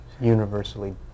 universally